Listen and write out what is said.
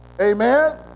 Amen